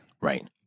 Right